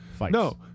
No